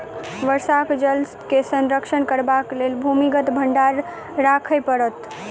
वर्षाक जल के संरक्षण करबाक लेल भूमिगत भंडार राखय पड़त